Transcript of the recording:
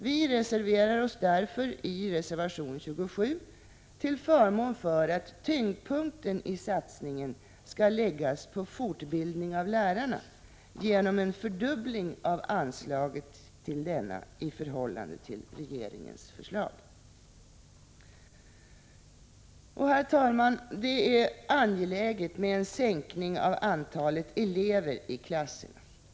Vi reserverar oss därför i reservation 27 till förmån för att tyngdpunkten i satsningen skall läggas på fortbildning av lärarna genom en fördubbling av anslaget till denna i förhållande till regeringens förslag. Herr talman! Det är angeläget med en sänkning av antalet elever i klasserna.